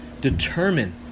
determine